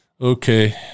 okay